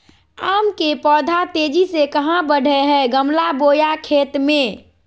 आम के पौधा तेजी से कहा बढ़य हैय गमला बोया खेत मे?